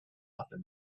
after